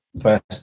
first